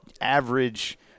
average